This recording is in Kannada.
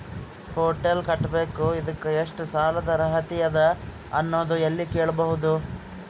ಹೊಟೆಲ್ ಕಟ್ಟಬೇಕು ಇದಕ್ಕ ಎಷ್ಟ ಸಾಲಾದ ಅರ್ಹತಿ ಅದ ಅನ್ನೋದು ಎಲ್ಲಿ ಕೇಳಬಹುದು?